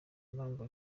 impamvu